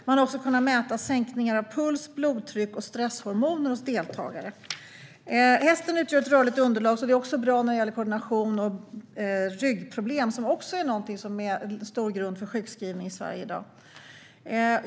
Man har också kunnat mäta sänkningar av puls, blodtryck och stresshormoner hos deltagare. Hästen utgör ett rörligt underlag, så ridning är bra när det gäller koordination och även ryggproblem som också är en vanlig orsak till sjukskrivning i Sverige i dag.